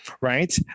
right